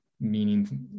meaning